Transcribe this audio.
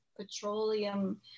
petroleum